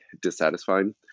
dissatisfying